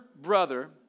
brother